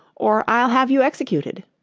or i'll have you executed